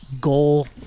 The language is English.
goal